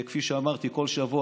כפי שאמרתי, כל שבוע.